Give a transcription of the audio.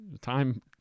Time